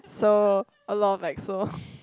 so a lot of exo